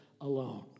alone